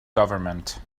government